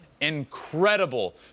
incredible